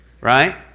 right